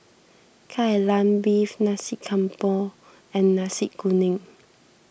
Kai Lan Beef Nasi Campur and Nasi Kuning